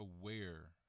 aware